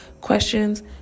questions